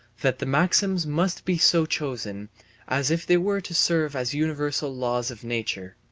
that the maxims must be so chosen as if they were to serve as universal laws of nature.